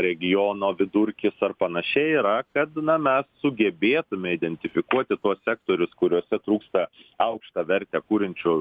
regiono vidurkis ar panašiai yra kad mes sugebėtume identifikuoti tuos sektorius kuriuose trūksta aukštą vertę kuriančių